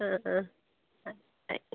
ആ ആ ആ അയ്